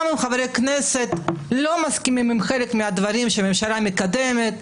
גם אם חברי הכנסת לא מסכימים עם חלק מהדברים שהממשלה מקדמת,